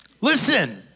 Listen